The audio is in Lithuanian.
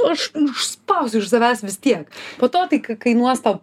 aš išspausiu iš savęs vis tiek po to tai kainuos tau